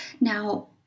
Now